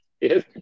yes